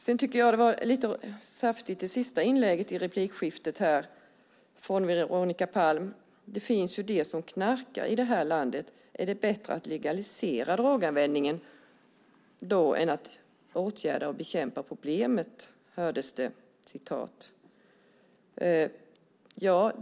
Jag tycker att det Veronica Palm sade i det sista inlägget var lite saftigt. Hon sade: Det finns ju de som knarkar i det här landet. Är det bättre att legalisera droganvändningen än att åtgärda och bekämpa problemet?